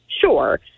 Sure